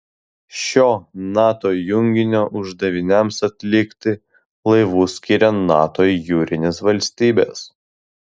šio nato junginio uždaviniams atlikti laivus skiria nato jūrinės valstybės